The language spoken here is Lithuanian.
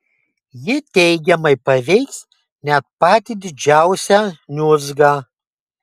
ji teigiamai paveiks net patį didžiausią niurzgą